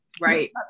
Right